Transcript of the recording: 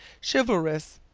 chivalrous.